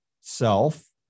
self